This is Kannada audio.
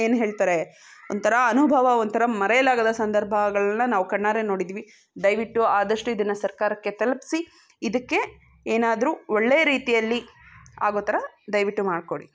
ಏನು ಹೇಳ್ತಾರೆ ಒಂಥರ ಅನುಭವ ಒಂಥರ ಮರೆಯಲಾಗದ ಸಂದರ್ಭಗಳನ್ನ ನಾವು ಕಣ್ಣಾರೆ ನೋಡಿದ್ದೀವಿ ದಯವಿಟ್ಟು ಆದಷ್ಟು ಇದನ್ನು ಸರ್ಕಾರಕ್ಕೆ ತಲ್ಪ್ಸಿ ಇದಕ್ಕೆ ಏನಾದರೂ ಒಳ್ಳೆಯ ರೀತಿಯಲ್ಲಿ ಆಗೋ ಥರ ದಯವಿಟ್ಟು ಮಾಡಿಕೊಡಿ